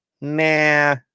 Nah